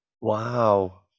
Wow